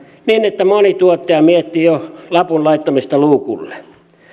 niin että moni tuottaja miettii jo lapun laittamista luukulle